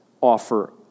offer